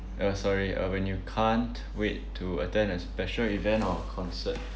uh sorry uh when you can't wait to attend a special event or concert